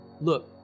look